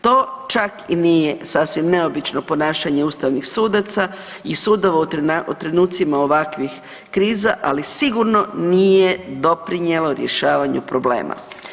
To čak i nije sasvim neobično ponašanje ustavnih sudaca i sudova u trenucima ovakvih kriza ali sigurno nije doprinijelo rješavanju problema.